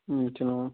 ம் வச்சிடுறேன் மேம்